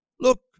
look